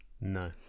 No